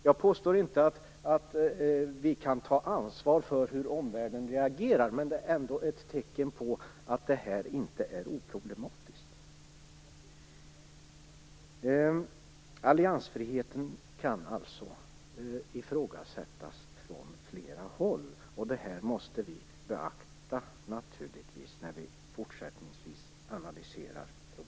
Jag påstår inte att vi kan ta ansvar för hur omvärlden reagerar. Men det är ändå ett tecken på att detta inte är oproblematiskt. Alliansfriheten kan alltså ifrågasättas från flera håll. Detta måste vi naturligtvis beakta när vi fortsättningsvis analyserar problemet.